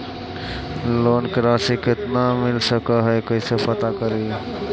Loan के रासि कितना मिल सक है कैसे पता करी?